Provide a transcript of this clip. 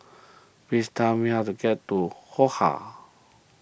please tell me how to get to Ho Ha